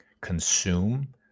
consume